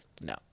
No